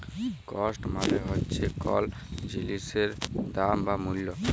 cost মালে হচ্যে কল জিলিসের দাম বা মূল্য